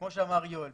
שאמר יואל,